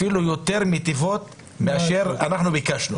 אפילו יותר מיטיבות מאשר ביקשנו.